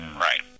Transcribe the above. Right